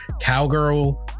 cowgirl